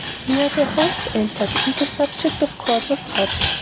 here their host entered, and the subject of course was dropped.